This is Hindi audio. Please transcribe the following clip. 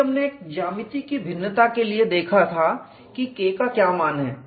देखिए हमने एक ज्यामिति की भिन्नता के लिए देखा था कि K का क्या मान है